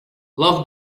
love